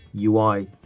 UI